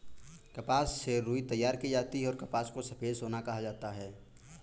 कपास से रुई तैयार की जाती हैंऔर कपास को सफेद सोना कहा जाता हैं